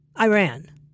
Iran